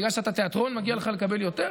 בגלל שאתה תיאטרון מגיע לך לקבל יותר?